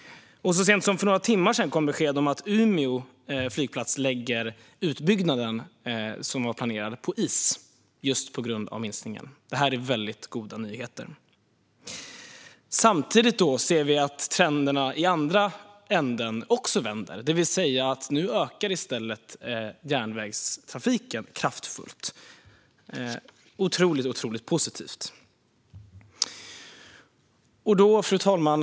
Så sent som för några timmar sedan kom beskedet om att Umeå flygplats lägger utbyggnaden som var planerad på is just på grund av minskningen. Det är väldigt goda nyheter. Samtidigt ser vi att trenderna i andra änden också vänder. Nu ökar i stället järnvägstrafiken kraftfullt. Det är otroligt positivt. Fru talman!